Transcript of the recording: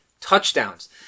touchdowns